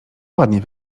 ładnie